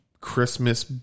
Christmas